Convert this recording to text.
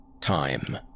Time